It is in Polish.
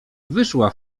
wyszła